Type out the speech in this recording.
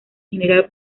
general